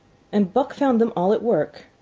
and buck found them all at work.